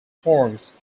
forms